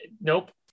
Nope